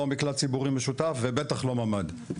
לא מקלט ציבורי משותף ובטח לא ממ"ד.